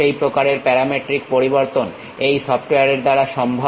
সেই প্রকারের প্যারামেট্রিক পরিবর্তন এই সফটওয়্যারের দ্বারা সম্ভব